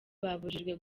babujijwe